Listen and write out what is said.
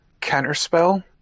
counterspell